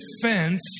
defense